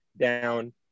down